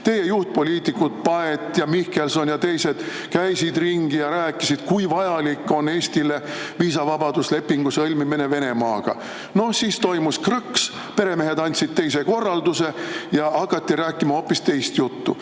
Teie juhtpoliitikud Paet, Mihkelson ja teised käisid ringi ja rääkisid, kui vajalik on Eestile viisavabaduslepingu sõlmimine Venemaaga. No siis toimus krõks, peremehed andsid teise korralduse ja hakati rääkima hoopis teist juttu. Ja